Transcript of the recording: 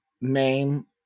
name